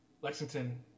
Lexington